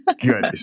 good